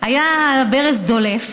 היה ברז דולף,